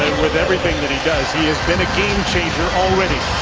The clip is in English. with everything that he does, he has been a game changer already.